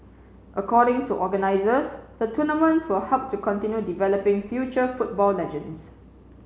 according to organisers the tournament will help to continue developing future football legends